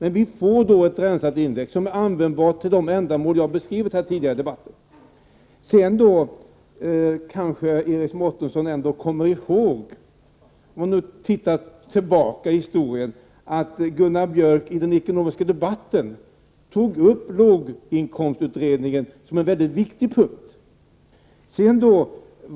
Vi får emellertid då ett rensat index som är användbart för de ändamål som jag tidigare har beskrivit i debatten. Iris Mårtensson kanske ändå kommer ihåg, om hon tittar tillbaka i historien, att Gunnar Björk i den ekonomiska debatten tog upp låginkomstutredningen som en mycket viktig punkt.